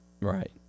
Right